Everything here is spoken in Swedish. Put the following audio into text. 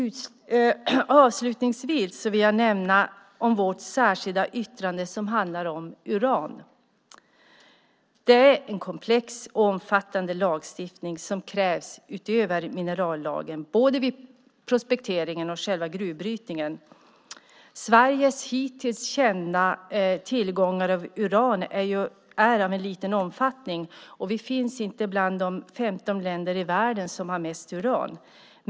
Avslutningsvis vill jag ta upp vårt särskilda yttrande, som handlar om uran. Det är en komplex och omfattande lagstiftning som krävs utöver minerallagen, både vid prospekteringen och vid själva gruvbrytningen. Sveriges hittills kända tillgångar av uran är av liten omfattning, och vi finns inte bland de 15 länder i världen som har mest uran.